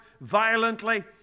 violently